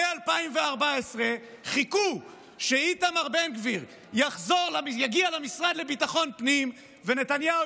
מ-2014 חיכו שאיתמר בן גביר יגיע למשרד לביטחון פנים ונתניהו